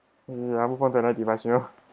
ya I move on to another you know